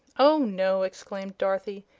oh, no! exclaimed dorothy.